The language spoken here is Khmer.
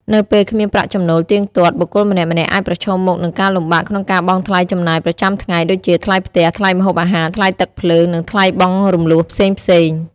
នៅពេលគ្មានប្រាក់ចំណូលទៀងទាត់ បុគ្គលម្នាក់ៗអាចប្រឈមមុខនឹងការលំបាកក្នុងការបង់ថ្លៃចំណាយប្រចាំថ្ងៃ ដូចជាថ្លៃផ្ទះ ថ្លៃម្ហូបអាហារ ថ្លៃទឹកភ្លើង និងថ្លៃបង់រំលស់ផ្សេងៗ។